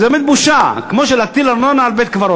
זו באמת בושה, כמו להטיל ארנונה על בית-קברות.